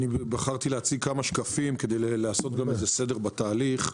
בחרתי להציג כמה שקפים, כדי לעשות סדר בתהליך.